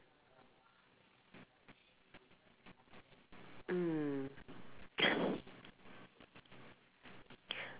mm